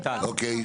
אוקיי.